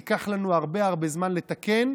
ייקח לנו הרבה הרבה זמן לתקן,